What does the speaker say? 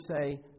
say